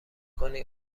کنی